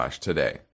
today